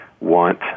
want